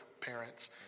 parents